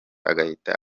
agahita